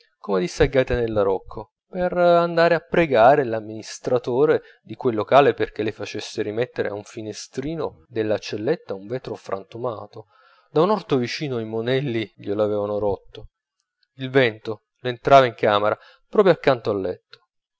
uscì come disse a gaetanella rocco per andare a pregare l'amministratore di quel locale perchè le facesse rimettere a un finestrino della celletta un vetro frantumato da un orto vicino i monelli glie lo avevano rotto il vento le entrava in camera proprio accapo al letto